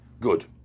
Good